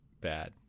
Bad